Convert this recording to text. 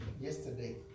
yesterday